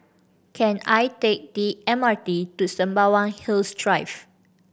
can I take M R T to Sembawang Hills Drive